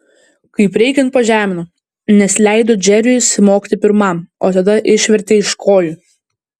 kaip reikiant pažemino nes leido džeriui smogti pirmam o tada išvertė iš kojų